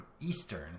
Eastern